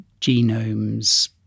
genomes